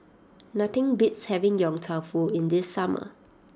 nothing beats having Yong Tau Foo in the summer